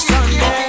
Sunday